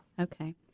Okay